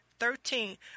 Thirteen